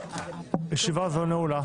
ישיבה זו נעולה.